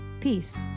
Peace